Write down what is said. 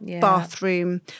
bathroom